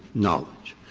knowledge.